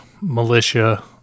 militia